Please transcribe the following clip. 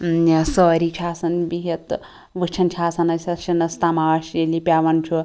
سٲرے چھِ آسان بِہِتھ تہٕ وُچھان چھِ آسان أسۍ اَتھ شِنَس تماشہٕ ییٚلہِ یہِ پیٚوان چھُ